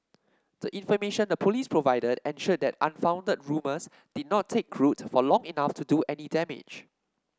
the information the Police provided ensured that unfounded rumours did not take root for long enough to do any damage